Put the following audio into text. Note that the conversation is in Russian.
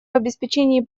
обеспечении